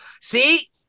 See